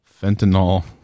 fentanyl